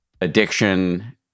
addiction